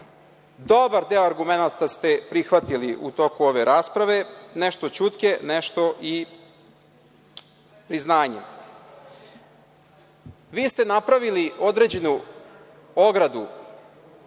Dobar deo argumenata ste prihvatili u toku ove rasprave, nešto ćutke, nešto što i u znanju. Vi ste napravili određenu ogradu